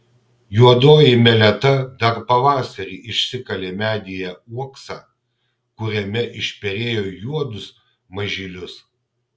juodoji meleta dar pavasarį išsikalė medyje uoksą kuriame išperėjo juodus mažylius